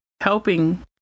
helping